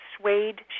suede